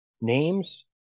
names